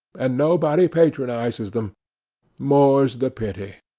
and nobody patronizes them more's the pity!